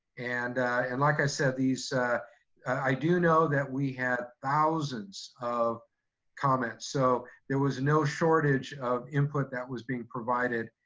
and and like i said i do know that we had thousands of comments. so there was no shortage of input that was being provided